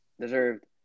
deserved